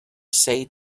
say